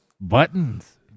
Buttons